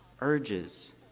urges